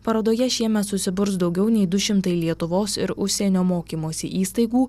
parodoje šiemet susiburs daugiau nei du šimtai lietuvos ir užsienio mokymosi įstaigų